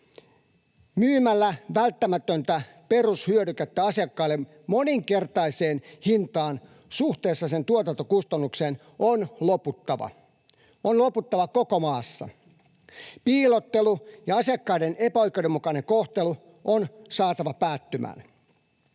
Välttämättömän perushyödykkeen myyminen asiakkaille moninkertaiseen hintaan suhteessa sen tuotantokustannukseen on loputtava — on loputtava koko maassa. Piilottelu ja asiakkaiden epäoikeudenmukainen kohtelu on saatava päättymään.